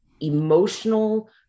emotional